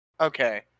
Okay